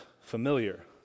familiar